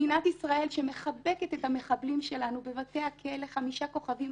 מדינת ישראל שמחבקת את המחבלים שלנו בבתי הכלא חמישה כוכבים.